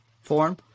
form